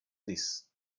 this